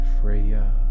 Freya